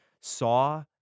saw